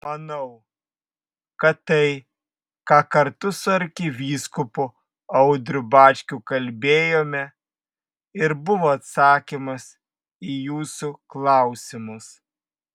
manau kad tai ką kartu su arkivyskupu audriu bačkiu kalbėjome ir buvo atsakymas į jūsų klausimus